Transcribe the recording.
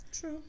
True